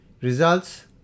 results